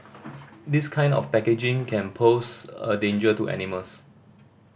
this kind of packaging can pose a danger to animals